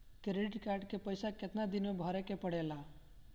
Credit card के पइसा कितना दिन में भरे के पड़ेला?